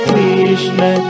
Krishna